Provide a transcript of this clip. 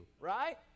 right